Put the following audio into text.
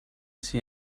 see